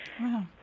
Wow